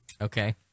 Okay